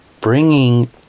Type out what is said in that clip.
bringing